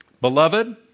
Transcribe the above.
Beloved